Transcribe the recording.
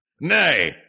Nay